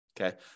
Okay